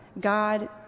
God